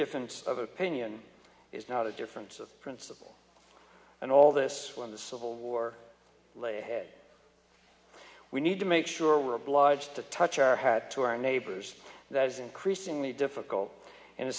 difference of opinion is not a difference of principle and all this when the civil war lay ahead we need to make sure we are obliged to touch our head to our neighbors that is increasingly difficult in a